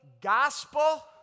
gospel